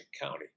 County